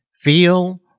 Feel